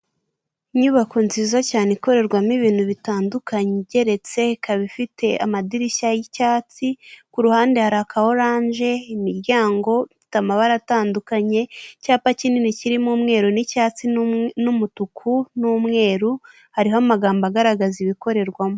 Inyubako nziza cyane ikorerwamo ibintu bitandukanye igeretse ikaba ifite amadirishya yicyatsi kuruhande hari aka orange , imiryango ifite amabara atandukanye icyapa kinini kirimo umweru n'icyatsi n'umutuku n'umweru hariho amagambo agaragaza ibikorerwamo .